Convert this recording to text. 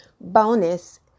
bonus